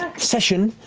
session,